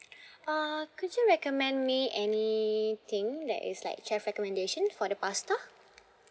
uh could you recommend me anything that is like chef recommendation for the pasta